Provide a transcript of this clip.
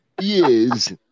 Yes